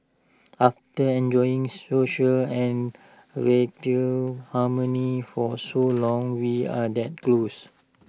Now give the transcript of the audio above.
after enjoying social and radio harmony for so long we are that close